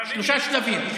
שלושה שלבים.